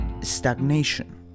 stagnation